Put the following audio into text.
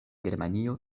germanio